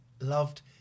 Loved